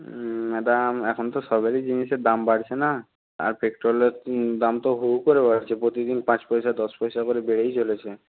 দাম এখন তো সবেরই জিনিসের দাম বাড়ছে না আর পেট্রোলের দাম তো হু হু করে বাড়ছে প্রতিদিন পাঁচ পয়সা দশ পয়সা করে বেড়েই চলেছে